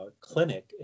clinic